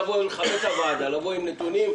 שתכבדו את הוועדה ותבואו עם נתונים,